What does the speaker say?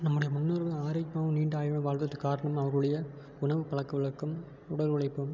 நம்முடைய முன்னோர்கள் ஆரோக்கியமாகவும் நீண்ட ஆயுளோடும் வாழ்றதுக்கு காரணம் அவர்களுடைய உணவு பழக்க வழக்கம் உடல் உழைப்பும்